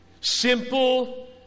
simple